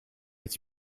its